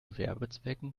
werbezwecken